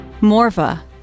Morva